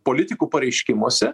politikų pareiškimuose